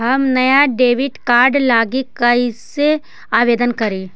हम नया debit card लागी कईसे आवेदन करी?